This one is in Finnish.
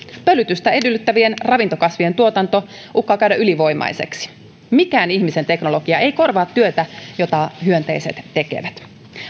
pölytystä edellyttävien ravintokasvien tuotanto uhkaa käydä ylivoimaiseksi mikään ihmisen teknologia ei korvaa työtä jota hyönteiset tekevät